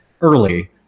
early